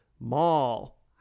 Mall